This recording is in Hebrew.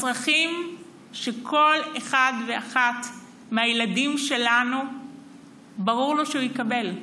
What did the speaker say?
הצרכים שכל אחד ואחת מהילדים שלנו ברור לו שהוא יקבל?